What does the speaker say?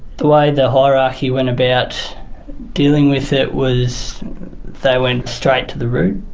the way the hierarchy went about dealing with it was they went straight to the root